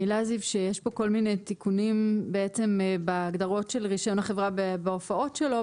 כל מיני תיקונים בהגדרות של רישיון החברה ובהופעות שלו,